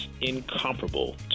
incomparable